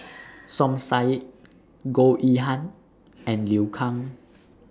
Som Said Goh Yihan and Liu Kang